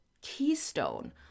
keystone